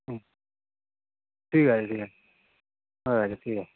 হুম ঠিক আছে ঠিক আছে হয়ে গেছে ঠিক আছে